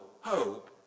hope